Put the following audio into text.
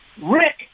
Rick